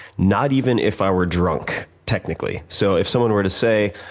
not even if i were drunk, technically. so, if someone were to say,